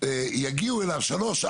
יגיעו אליו שלוש,